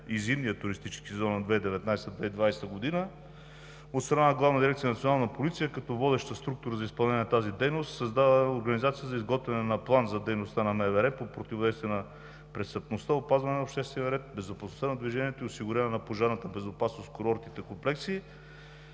и зимния туристически сезон на 2019 – 2020 г. От страна на Главна дирекция „Национална полиция“ като водеща структура за изпълняване на тази дейност се създава организация за изготвяне на план за дейността на МВР по противодействие на престъпността, опазване на обществения ред, безопасността на движението и осигуряване на пожарната безопасност в курортните комплекси.